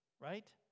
Right